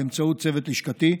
באמצעות צוות לשכתי,